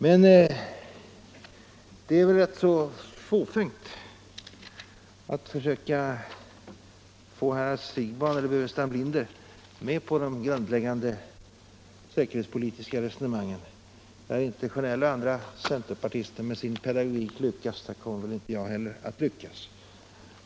Men det är väl fåfängt att försöka få herr Siegbahn eller herr Burenstam Linder med på de grundläggande säkerhetspolitiska resonemangen. När inte herr Sjönell och andra centerpartister med sin pedagogik lyckats med det, så kommer väl inte heller jag att lyckas.